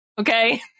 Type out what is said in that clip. okay